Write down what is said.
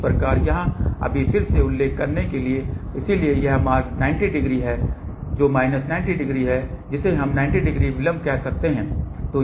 इस प्रकार यहाँ अभी फिर से उल्लेख करने के लिए है इसलिए यह मार्ग 90 डिग्री है जो माइनस 90 डिग्री है जिसे हम 90 डिग्री विलंब कह सकते हैं